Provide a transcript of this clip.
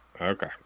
Okay